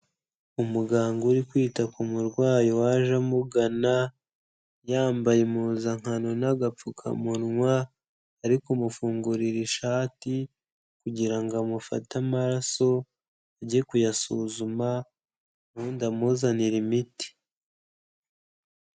Umuganga uri kwita ku murwayi waje amugana, yambaye impuzankano n'agapfukamunwa, ari kumufungurira ishati kugira ngo amufate amaraso ajye kuyasuzuma ubundi amuzanire imiti.